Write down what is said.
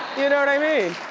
you know what i mean?